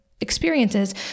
experiences